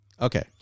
Okay